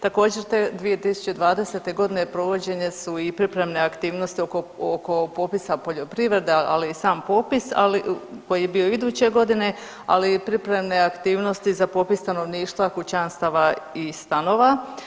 Također te 2020. godine provođene su i pripremne aktivnosti oko popisa poljoprivrede, ali i sam popis koji je bio iduće godine, ali i pripremne aktivnosti za popis stanovništva, kućanstava i stanova.